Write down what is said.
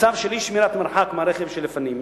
מצב של אי-שמירת מרחק מהרכב שלפנים,